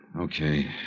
Okay